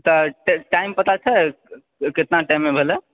तऽ टाइम पता छै कितना टाइम मे भेलै